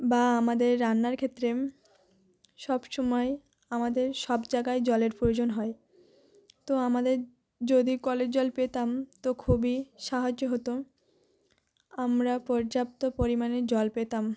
বা আমাদের রান্নার ক্ষেত্রে সব সবসময় আমাদের সব জায়গায় জলের প্রয়োজন হয় তো আমাদের যদি কলের জল পেতাম তো খুবই সাহায্য হতো আমরা পর্যাপ্ত পরিমাণে জল পেতাম